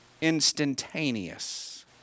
instantaneous